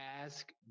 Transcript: ask